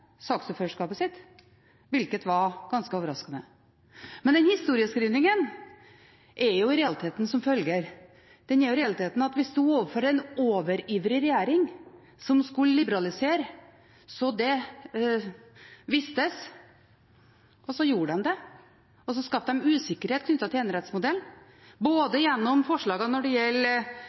saksordførerskapet sitt, hvilket var ganske overraskende. Men historieskrivningen er i realiteten som følger: Den er at vi sto overfor en overivrig regjering som skulle liberalisere så det vistes – og så gjorde de det. Og så skapte de usikkerhet knyttet til enerettsmodellen både gjennom forslagene når det gjelder